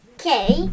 Okay